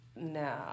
no